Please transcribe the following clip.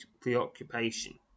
preoccupation